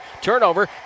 Turnover